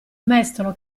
mestolo